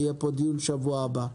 יהיה פה דיון בשבוע הבא.